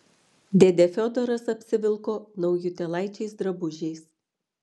dėdė fiodoras apsivilko naujutėlaičiais drabužiais